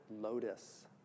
lotus